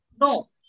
No